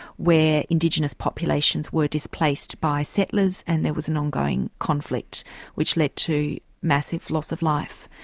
where indigenous populations were displaced by settlers and there was an ongoing conflict which led to massive loss of life.